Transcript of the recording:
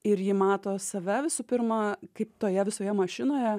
ir ji mato save visų pirma kaip toje visoje mašinoje